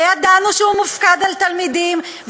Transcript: וידענו שהוא מופקד על תלמידים,